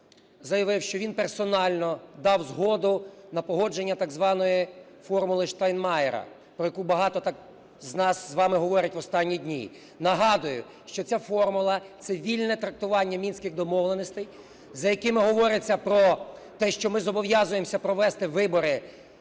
заявив, що він персонально дав згоду на погодження так званої "формули Штайнмаєра", про яку багато так з нас з вами говорять в останні дні. Нагадую, що ця формула – це вільне трактування Мінських домовленостей, за якими говориться про те, що ми зобов'язуємося провести вибори